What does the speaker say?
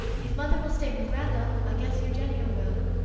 if mother will stay with randolph, i guess eugenio will.